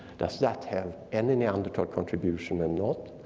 does that have any neanderthal contribution or not?